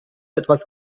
etwas